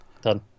done